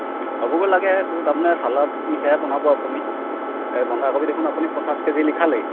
হ'বগৈ লাগে তোৰ তাৰ মানে চালাদ নিচিনাই বনাব আপুনি এই বন্ধাকবি দেখোন আপুনি পঞ্চাছ কেজি লিখালেই